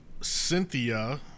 Cynthia